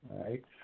right